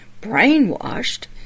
brainwashed